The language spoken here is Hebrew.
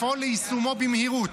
לפעול ליישומו במהירות.